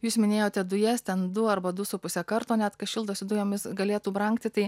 jūs minėjote dujas ten du arba du su puse karto net kas šildosi dujomis galėtų brangti tai